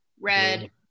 red